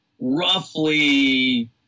roughly